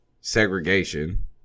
segregation